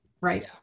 right